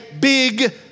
big